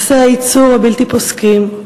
פסי הייצור הבלתי-פוסקים,